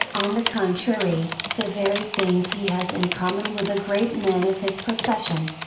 on the contrary, the very things he has in common with the great men of his profession.